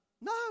No